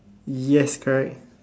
yes correct